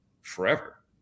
forever